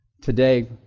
Today